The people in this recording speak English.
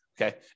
okay